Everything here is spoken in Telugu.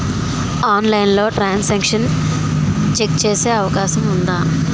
ఆన్లైన్లో ట్రాన్ సాంక్షన్ చెక్ చేసే అవకాశం ఉందా?